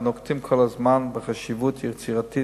ובמשרד נוקטים כל הזמן חשיבה יצירתית